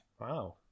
wow